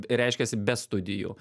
reiškiasi be studijų